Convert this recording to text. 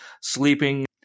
sleeping